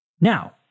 Now